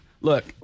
Look